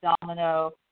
Domino